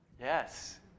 Yes